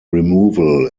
removal